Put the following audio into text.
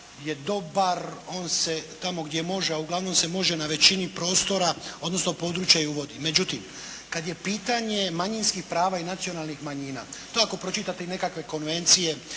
je dobar, on se tamo gdje može, a uglavnom se može na većini prostora, odnosno područje i uvodi. Međutim, kada je pitanje manjinskih prava i nacionalnih manjina, to je ako pročitate i nekakve konvencije